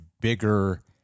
bigger